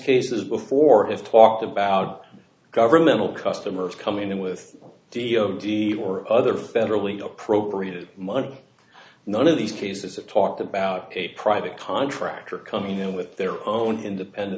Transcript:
cases before has talked about governmental customers coming in with the dea or other federally appropriated money none of these cases have talked about a private contractor coming in with their own independent